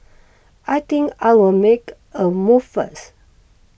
I think I'll make a move first